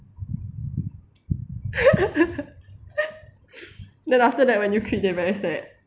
then after that when you quit they very sad